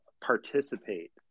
participate